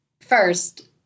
First